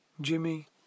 Jimmy